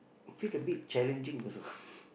feel a bit challenging also